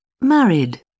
Married